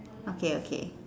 okay okay